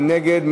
מי נגד?